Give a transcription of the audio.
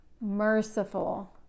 Merciful